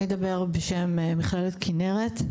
אני אדבר בשם מכללת כנרת.